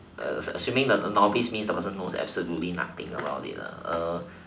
assuming the novice means the person knows absolutely nothing about it